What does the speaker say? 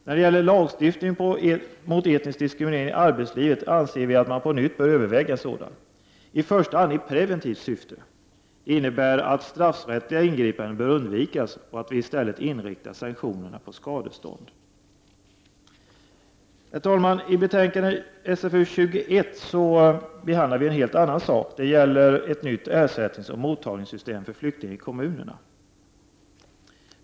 När det gäller lagstiftning mot etnisk diskriminering i arbetslivet anser vi att man på nytt bör överväga en sådan, i första hand i preventivt syfte. Det innebär att straffrättsliga ingripanden bör undvikas och att vi i stället bör inrikta sanktionerna på skadestånd. I betänkandet SfU21 behandlar vi en helt annan sak. Det gäller ett nytt ersättningsoch mottagningssystem för flyktingar i kommunerna.